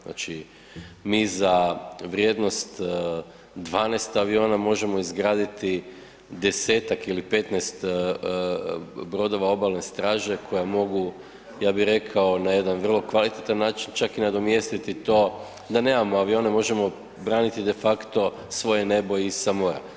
Znači, mi za vrijednost 12 aviona možemo izgraditi 10-tak ili 15 brodova obalne straže koji mogu ja bi rekao na jedan vrlo kvalitetan način čak i nadomjestiti to da nemamo avione možemo braniti defacto svoje nebo i sa mora.